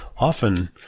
often